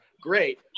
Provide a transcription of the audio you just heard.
great